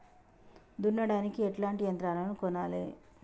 దున్నడానికి ఎట్లాంటి యంత్రాలను కొనాలే?